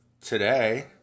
today